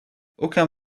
aucun